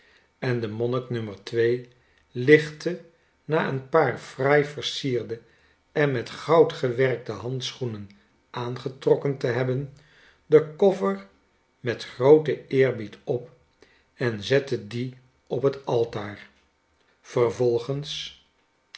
en de monnik nummer twee lichtte na een paar fraai versierde en met goud gewerkte handschoenen aangetrokken te hebben den koffer met grooten eerbied op en zette dien op het altaar yervolgens